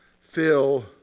fill